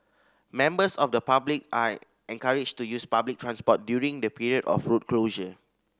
members of the public are encouraged to use public transport during the period of road closure